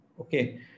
okay